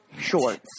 shorts